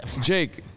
Jake